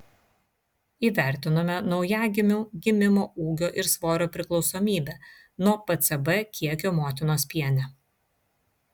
įvertinome naujagimių gimimo ūgio ir svorio priklausomybę nuo pcb kiekio motinos piene